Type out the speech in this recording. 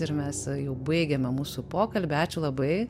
ir mes jau baigėme mūsų pokalbį ačiū labai